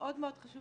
המאוד מאוד חשוב